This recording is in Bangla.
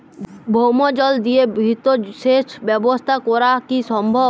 ভৌমজল দিয়ে বৃহৎ সেচ ব্যবস্থা করা কি সম্ভব?